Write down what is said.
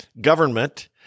government